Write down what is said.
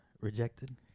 rejected